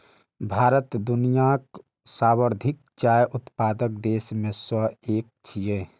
भारत दुनियाक सर्वाधिक चाय उत्पादक देश मे सं एक छियै